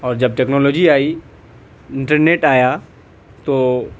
اور جب ٹیکنالوجی آئی انٹر نیٹ آیا تو